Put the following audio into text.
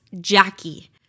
Jackie